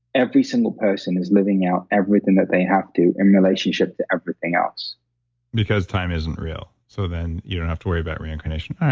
every single person is living out everything that they have to in relationship to everything else because time isn't real, so then you don't have to worry about reincarnation.